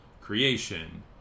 creation